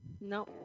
no